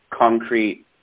concrete